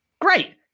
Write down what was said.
Great